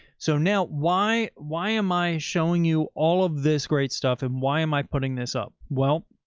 so now why, why am i showing you all of this great stuff and why am i putting this up? well,